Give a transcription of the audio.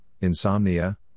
insomnia